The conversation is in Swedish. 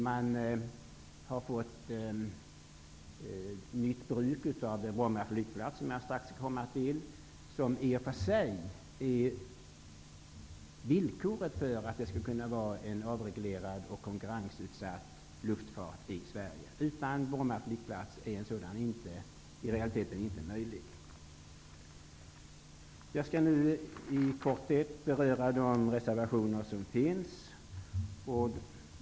Man har fått nytt bruk av Bromma flygplats, som jag strax skall komma till. Den är i och för sig villkoret för att det skall kunna finnas en avreglerad och konkurrensutsatt luftfart i Sverige. Utan Bromma flygplats är en sådan i realiteten inte möjlig. Jag skall nu i korthet beröra de reservationer som finns vid betänkandet.